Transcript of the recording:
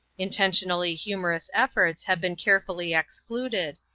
intentionally humorous efforts have been carefully excluded,